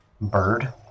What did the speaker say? bird